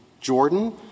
Jordan